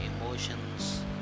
emotions